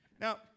Now